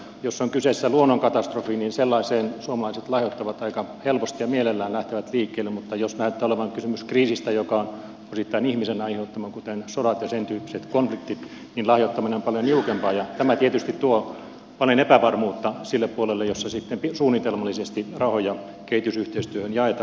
jos on kyseessä luonnonkatastrofi niin sellaiseen suomalaiset lahjoittavat aika helposti ja mielellään lähtevät liikkeelle mutta jos näyttää olevan kysymys kriisistä joka on osittain ihmisen aiheuttama kuten sodista ja sen tyyppisistä konflikteista niin lahjoittaminen on paljon niukempaa ja tämä tietysti tuo paljon epävarmuutta sille puolelle millä sitten suunnitelmallisesti rahoja kehitysyhteistyöhön jaetaan